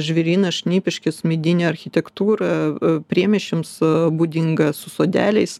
žvėryną šnipiškes medinę architektūrą priemiesčiams būdingą su sodeliais